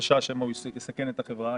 החשש שמא הוא יסכן את החברה.